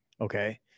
okay